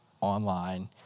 online